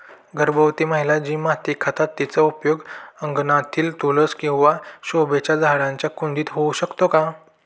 गर्भवती महिला जी माती खातात तिचा उपयोग अंगणातील तुळस किंवा शोभेच्या झाडांच्या कुंडीत होऊ शकतो का?